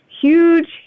huge